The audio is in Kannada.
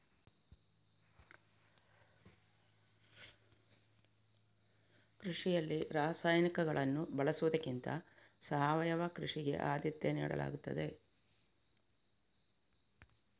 ಕೃಷಿಯಲ್ಲಿ ರಾಸಾಯನಿಕಗಳನ್ನು ಬಳಸುವುದಕ್ಕಿಂತ ಸಾವಯವ ಕೃಷಿಗೆ ಆದ್ಯತೆ ನೀಡಲಾಗ್ತದೆ